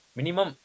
Minimum